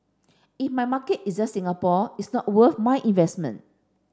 if my market is just Singapore it's not worth my investment